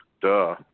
Duh